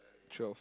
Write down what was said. twelve